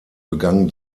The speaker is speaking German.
begann